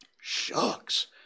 Shucks